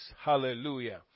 Hallelujah